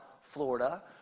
Florida